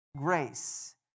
grace